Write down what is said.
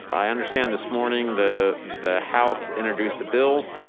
i understand this morning the the house introduced a bill